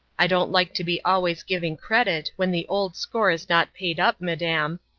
i don't like to be always giving credit, when the old score is not paid up, madam,